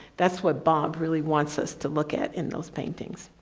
that's what bob really wants us to look at in those paintings.